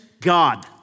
God